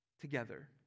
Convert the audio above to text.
together